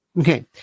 Okay